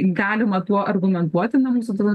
galima tuo argumentuoti na mums atrodo